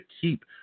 keep